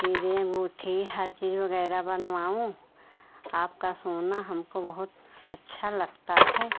हीरे अंगूठी हर चीज़ वग़ैरह बनवाऊँ आपका सोना हमको बहुत अच्छा लगता है